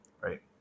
right